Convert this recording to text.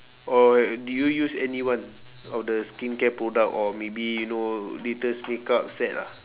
or do you use any one of the skincare product or maybe you know latest makeup set lah